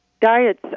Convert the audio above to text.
Diets